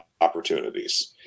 opportunities